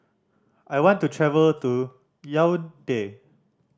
I want to travel to Yaounde